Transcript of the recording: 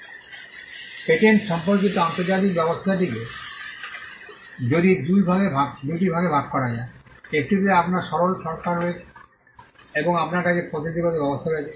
patent সম্পর্কিত আন্তর্জাতিক ব্যবস্থাটিকে দুটি ভাগে ভাগ করা যায় একটিতে আপনার সরল সরকার রয়েছে এবং আপনার কাছে পদ্ধতিগত ব্যবস্থা রয়েছে